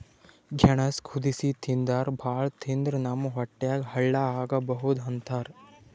ಗೆಣಸ್ ಕುದಸಿ ತಿಂತಾರ್ ಭಾಳ್ ತಿಂದ್ರ್ ನಮ್ ಹೊಟ್ಯಾಗ್ ಹಳ್ಳಾ ಆಗಬಹುದ್ ಅಂತಾರ್